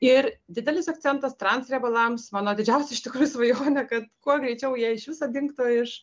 ir didelis akcentas trans riebalams mano didžiausia iš tikrųjų svajonė kad kuo greičiau jie iš viso dingtų iš